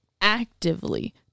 actively